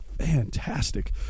fantastic